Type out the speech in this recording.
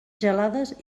gelades